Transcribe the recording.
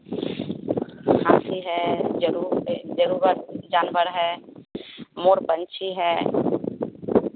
हाथी है जरू जरूबर जानवर है मोर पंछी है